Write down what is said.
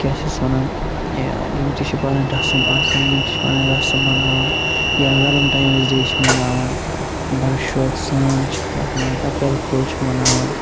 کیاہ چھِس وَنان یِم تہِ چھِ پَنٕنۍ رسم آسَان یِم تہِ چھِ پَنٕنۍ رسٕم م مَناوَان یا ویلَنٹاینٕز ڈے چھِ مَناوَان بَڑٕ شوق سان چھِ خلَق مناوان ایپریل پھوٗل چھِ مَناوَان